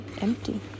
empty